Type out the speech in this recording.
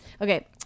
Okay